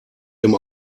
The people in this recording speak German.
dem